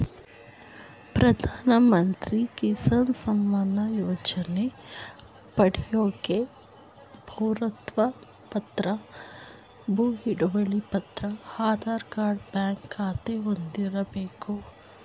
ಪ್ರಧಾನಮಂತ್ರಿ ಕಿಸಾನ್ ಸಮ್ಮಾನ್ ಯೋಜನೆ ಪಡ್ಯೋಕೆ ಪೌರತ್ವ ಪತ್ರ ಭೂ ಹಿಡುವಳಿ ಪತ್ರ ಆಧಾರ್ ಕಾರ್ಡ್ ಬ್ಯಾಂಕ್ ಖಾತೆ ಹೊಂದಿರ್ಬೇಕು